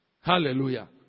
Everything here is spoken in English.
Hallelujah